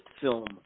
film